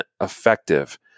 effective